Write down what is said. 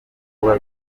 kuba